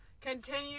Continue